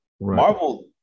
Marvel